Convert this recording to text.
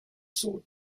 sought